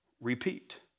repeat